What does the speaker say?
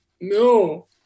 No